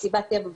מסיבת טבע,